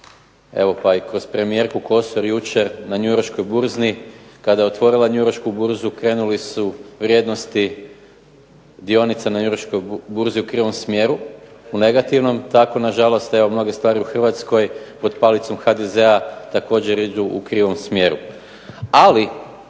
pa i kroz premijerku KOsor jučer na Njujorškoj burzi, kada je otvorila Njujoršku burzu krenuli su vrijednosti dionica na Njujorškoj burzi u krivom smjeru, u negativnom, tako na žalost mnoge stvari u Hrvatskoj pod palicom HDZ-a također idu u krivom smjeru.